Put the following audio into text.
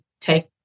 take